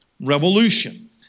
revolution